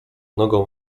nogą